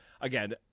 again